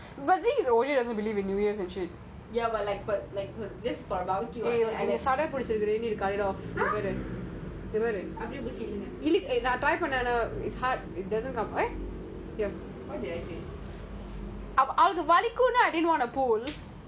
I'm sure O_G will have like a small garage but when julia ya but like but like it's for barbeque what alex !huh! அப்பிடியே பிடிச்சி எழுங்க அவளுக்கு வலிக்கும்னா எப்பிடி:apidiyae pidichi ezhunga avaluku valikumna epidi I'll pull